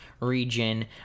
region